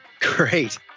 Great